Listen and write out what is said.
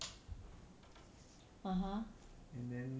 ah !huh!